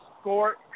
score